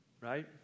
right